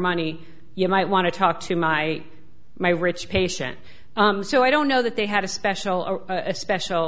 money you might want to talk to my my rich patient so i don't know that they had a special or a special